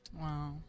Wow